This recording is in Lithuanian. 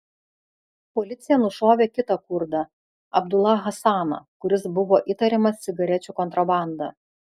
policija nušovė kitą kurdą abdulą hasaną kuris buvo įtariamas cigarečių kontrabanda